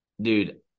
Dude